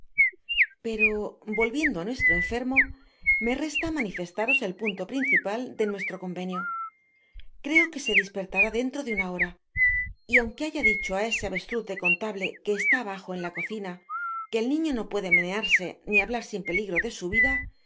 pero volviendo á nuestro enfermo me resta manifestaros el punto principal de nuestro convenio creo que se dispertará dentro de una hora y aun que haya dicho á ese avestruz de constable que está abajo en la cocina que el niño no puede menearse ni hablar sin peligro de su vida